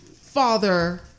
father